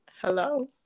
Hello